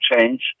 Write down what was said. change